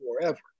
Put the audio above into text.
forever